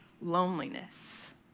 loneliness